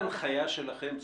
מה ההנחיה שלכם?